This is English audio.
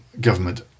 government